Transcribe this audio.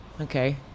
Okay